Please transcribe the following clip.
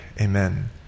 Amen